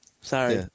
Sorry